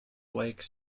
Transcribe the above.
like